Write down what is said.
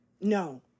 No